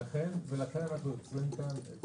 ולכן אנחנו יוצרים כאן את